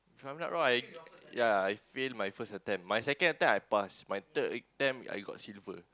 if I'm not wrong I ya I fail my first attempt my second attempt I pass my third attempt I got silver